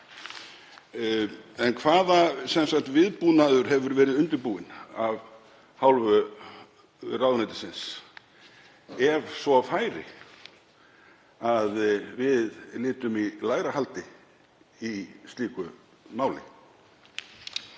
en hvaða viðbúnaður hefur verið undirbúinn af hálfu ráðuneytisins ef svo færi að við lytum í lægra haldi í slíku máli?